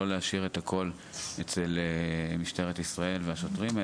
לא להשאיר את הכול אצל משטרת ישראל והשוטרים,